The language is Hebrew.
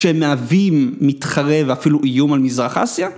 ‫שמהווים, מתחרה, ו‫אפילו איום על מזרח אסיה?